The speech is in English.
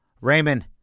Raymond